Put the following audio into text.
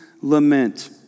lament